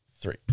three